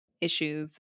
issues